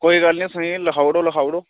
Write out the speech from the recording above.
कोई गल्ल निं स'ञें गी लखाई ओड़ो लखाई ओड़ो